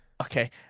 Okay